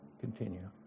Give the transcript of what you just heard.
continue